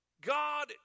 God